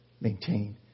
maintain